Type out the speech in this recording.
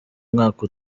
mwaka